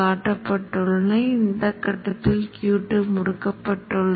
தூண்டல் மில்லி ஹென்றிக்கான மதிப்பைக் கிளிக் செய்யும் போது ஆரம்ப நிலை 1